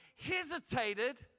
hesitated